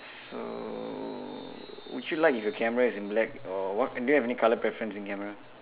so would you like if your camera is in black or what do you have any colour preference in camera